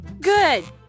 Good